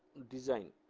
design.